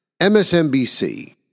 MSNBC